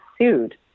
sued